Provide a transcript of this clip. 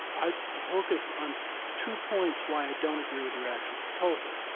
i focus on two points why i don't agree with your actual proposal.